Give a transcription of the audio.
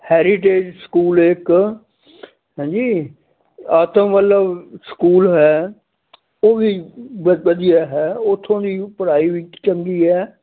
heritage school ਇੱਕ ਹਾਂਜੀ ਆਤਮ ਵਾਲਾ ਸਕੂਲ ਹੈ ਉਹ ਵੀ ਵ ਵਧੀਆ ਹੈ ਉੱਥੋਂ ਦੀ ਉਹ ਪੜ੍ਹਾਈ ਚੰਗੀ ਹੈ